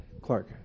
Clark